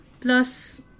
Plus